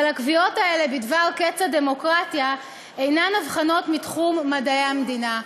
אבל הקביעות האלה בדבר קץ הדמוקרטיה אינן אבחנות מתחום מדעי המדינה,